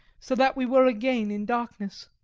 so that we were again in darkness.